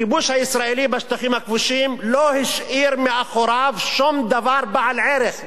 הכיבוש הישראלי בשטחים הכבושים לא השאיר מאחוריו שום דבר בעל ערך.